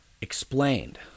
explained